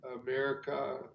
America